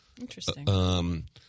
Interesting